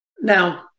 Now